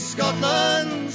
Scotland